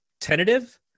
tentative